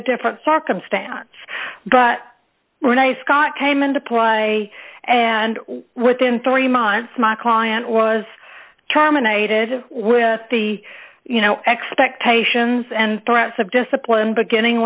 a different circumstance but when i scott came and apply and within three months my client was terminated with the you know expectations and threats of discipline beginning